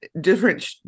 different